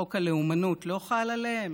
חוק הלאומנות לא חל עליהם?